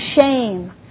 shame